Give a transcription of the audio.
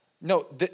No